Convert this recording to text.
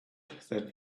that